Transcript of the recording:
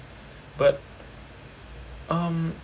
but um